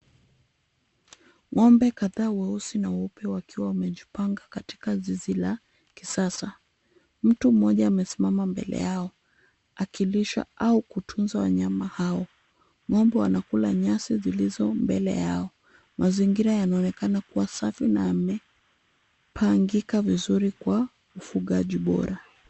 Ng'ombe kadhaa weusi na weupe wakiwa wamejipanga katika zizi la kisasa, mtu mmoja amesimama mbele yao akilisha au kutunza wanyama hao , ng'ombe wanakula nyasi zilizo mbele yao , mazingira yanaonekana kua safi na yamepangika vizuri kwa ufugaji bora.